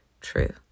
true